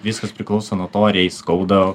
viskas priklauso nuo to ar jai skauda